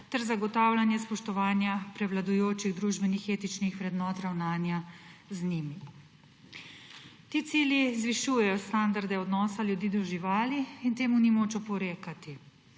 ter zagotavljanje spoštovanja prevladujočih družbenih etičnih vrednot ravnanja z njimi. Ti cilji zvišujejo standarde odnosa ljudi do živali in temu ni moč oporekati.